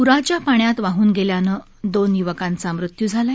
प्राच्या पाण्यात वाहन गेल्यानं दोन य्वकांचा मृत्यू झाला आहे